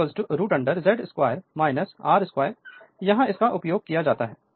इसलिए X √√Z 2 R2 यहां इसका उपयोग किया जाता है